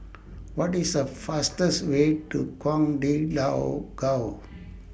What IS The fastest Way to Ouagadougou